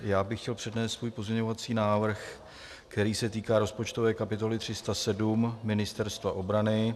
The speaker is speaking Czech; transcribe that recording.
Já bych chtěl přednést svůj pozměňovací návrh, který se týká rozpočtové kapitoly 307 Ministerstva obrany.